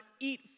eat